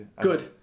Good